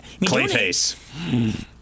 Clayface